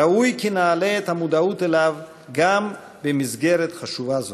ראוי כי נעלה את המודעות לו גם במסגרת חשובה זו.